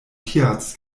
tierarzt